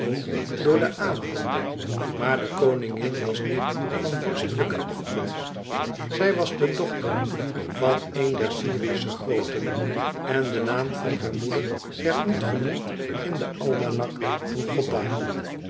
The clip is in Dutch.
door de aderen maar de koningin was niet van vorstelijke afkomst zij was de dochter van een der syrische grooten en de naam van hare moeder werd niet genoemd in den almanach de gotha